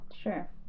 Sure